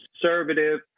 conservative